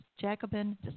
Jacobin